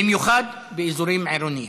במיוחד באזורים עירוניים.